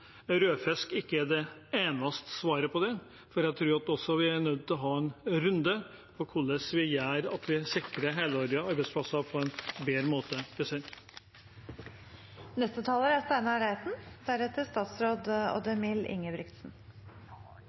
rødfisk ikke er det eneste svaret på det. Jeg tror vi er nødt til å ha en runde på hvordan vi sikrer helårige arbeidsplasser på en bedre måte. Langs kysten vår finnes det hundrevis av fiskeindustribedrifter og fiskemottak. De er